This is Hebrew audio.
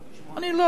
אני לא יודע חוכמות: